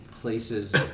places